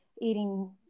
eating